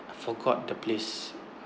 forgot the place